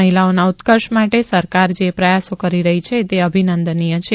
મહિલાઓના ઉત્કર્ષ માટે સરકાર જે પ્રથાસો કરી રહી છે તે અભિનંદનીય છે